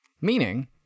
Meaning